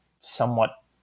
somewhat